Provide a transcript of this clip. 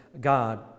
God